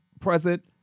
present